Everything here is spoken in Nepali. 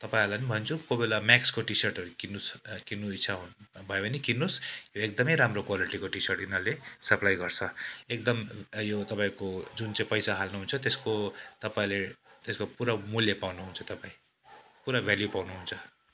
तपाईँहरूलाई पनि भन्छु कोही बेला म्याक्सको टिसर्टहरू किन्नुहोस् किन्नु इच्छा भयो भने किन्नुहोस् एकदमै राम्रो क्वालिटीको टिसर्ट यिनीहरूले सप्लाई गर्छ एकदम यो तपाईँको जुन चाहिँ पैसा हाल्नुहुन्छ त्यसको तपाईँले त्यसको पुरा मूल्य पाउनुहुन्छ तपाईँले पुरा भेल्यु पाउनुहुन्छ